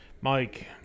Mike